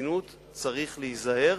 חסינות צריך להיזהר,